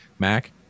Mac